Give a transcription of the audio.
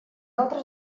altre